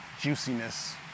juiciness